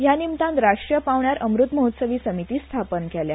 हया निमतान राष्ट्रीय पांवंड्यार अमृत महोत्सवी समिती स्थापन केल्या